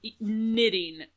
Knitting